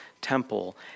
temple